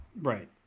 Right